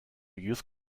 youth